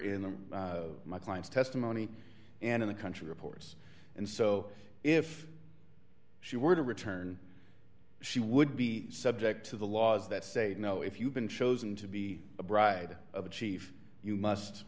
in the my client's testimony and in the country reports and so if she were to return she would be subject to the laws that say you know if you've been chosen to be a bride of a chief you must